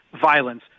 violence